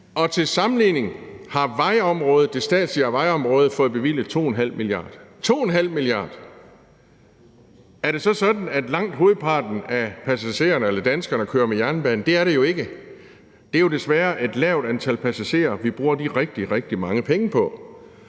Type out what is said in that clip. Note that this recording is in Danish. og til sammenligning har det statslige vejområde fået bevilget 2,5 mia. kr. Er det så sådan, at langt hovedparten af danskerne kører med jernbanen? Nej, det er det jo ikke. Det er jo desværre et lavt antal passagerer, vi bruger de rigtig, rigtig mange penge på.